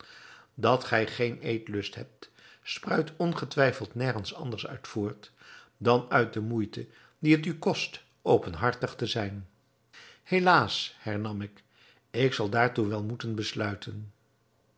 dat gij geen eetlust hebt spruit ongetwijfeld nergens anders uit voort dan uit de moeite die het u kost openhartig te zijn helaas hernam ik ik zal daartoe wel moeten besluiten